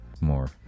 more